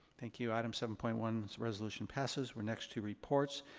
thank you, item seven point one resolution passes. we're next to reports.